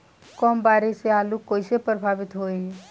कम बारिस से आलू कइसे प्रभावित होयी?